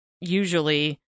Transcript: usually